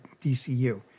DCU